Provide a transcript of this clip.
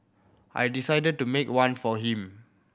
I decided to make one for him